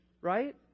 right